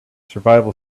survival